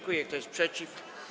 Kto jest przeciw?